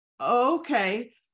Okay